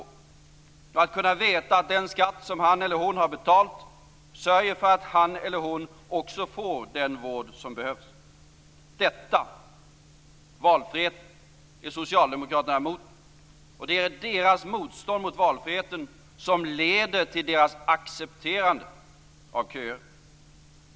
En person skall kunna veta att den skatt som han eller hon har betalt sörjer för att han eller hon också får den vård som behövs. Detta - valfrihet - är Socialdemokraterna emot. Det är deras motstånd mot valfriheten som leder till deras accepterande av köer.